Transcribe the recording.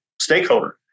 stakeholder